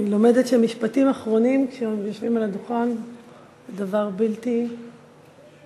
אני לומדת שמשפטים אחרונים של מי שעל הדוכן זה דבר בלתי מוגדר.